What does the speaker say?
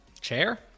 Chair